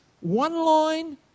one-line